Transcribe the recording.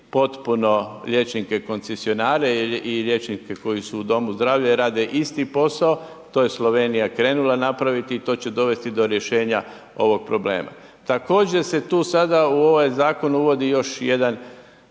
potpuno liječnike koncesionare i liječnike koji su u domu zdravlja i rade isti posao, to je Slovenija krenula napraviti i to će dovesti do rješenja ovog problema. Također se tu sada u ovaj zakon uvodi još jedan